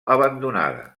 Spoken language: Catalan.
abandonada